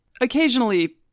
Occasionally